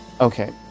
Okay